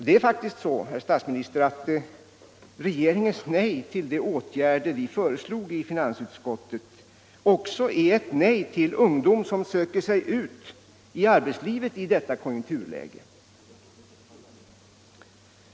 Det är faktiskt så, herr statsminister, att regeringens nej till de åtgärder vi föreslog i finansutskottet också är ett nej till ungdomen som söker sig ut i arbetslivet i detta konjunkturläge.